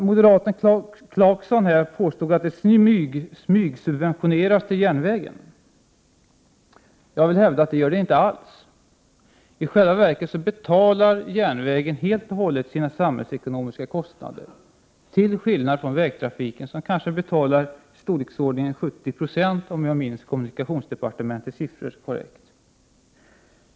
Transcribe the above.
Moderaten Clarkson påstod att det smygsubventioneras till järnvägen. Jag vill hävda att det inte alls förhåller sig så. I själva verket betalar järnvägen helt och hållet sina samhällsekonomiska kostnader — till skillnad från vägtrafiken, som betalar i storleksordningen 70 96, om jag nu minns kommunikationsdepartementets siffror korrekt.